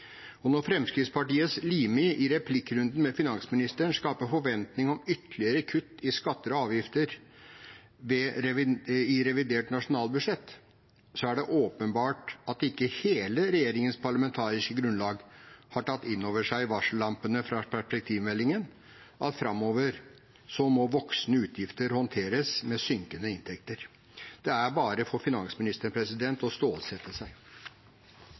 Og når Fremskrittspartiets Limi i replikkrunden med finansministeren skaper en forventning om ytterligere kutt i skatter og avgifter i revidert nasjonalbudsjett, er det åpenbart at ikke hele regjeringens parlamentariske grunnlag har tatt inn over seg varsellampene fra perspektivmeldingen – at framover må voksende utgifter håndteres med synkende inntekter. Det er bare for finansministeren å stålsette seg.